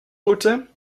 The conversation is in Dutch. route